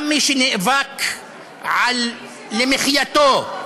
גם מי שנאבק על מחייתו,